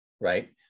right